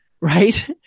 right